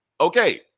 okay